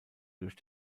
durch